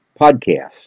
Podcast